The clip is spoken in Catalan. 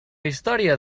història